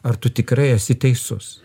ar tu tikrai esi teisus